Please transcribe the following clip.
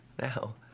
Now